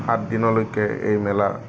সাতদিনলৈকে এই মেলা